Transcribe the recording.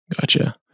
Gotcha